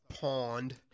pond